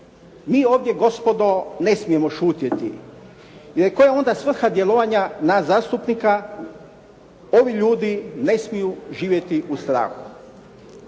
Mi ovdje gospodo ne smijemo šutjeti, jer koja je onda svrha djelovanja nas zastupnika. Ovi ljudi ne smiju živjeti u strahu.